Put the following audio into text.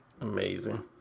amazing